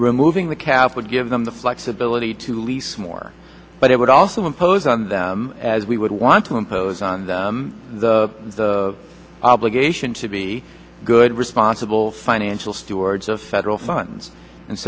removing the cap would give them the flexibility to lease more but it would also impose on them as we would want to impose on the obligation to be good responsible financial stewards of federal funds and